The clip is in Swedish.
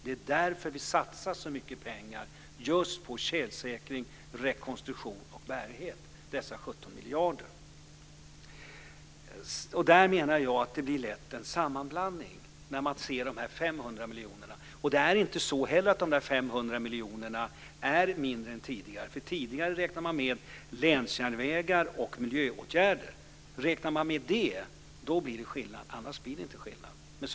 Det är därför vi satsar så mycket pengar - dessa 17 miljarder - just på tjälsäkring, rekonstruktion och bärighet. Jag menar att det lätt blir en sammanblandning när man ser de 500 miljonerna, och de 500 miljonerna är inte heller mindre än tidigare. Tidigare räknade man ju med länsjärnvägar och miljöåtgärder. Räknar man med det så blir det skillnad, men annars blir det inte skillnad.